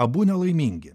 abu nelaimingi